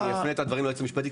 אני אפנה את הדברים ליועץ המשפטי,